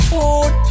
Food